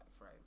right